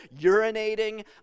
urinating